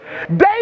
David